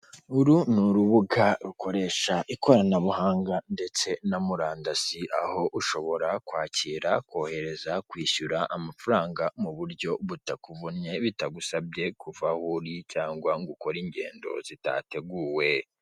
Uru ni urubuga rukoresha ikoranabuhanga ndetse na murandasi aho ushobora kwakira, kohereza, kwishyura amafaranga mu buryo butakuvunnye bitagusabye kuva aho uri cyangwa ngo ukore ingendo zitateguwe.